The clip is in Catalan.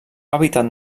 hàbitat